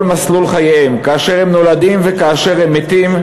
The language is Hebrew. מסלול חייהם: כאשר הם נולדים וכאשר הם מתים,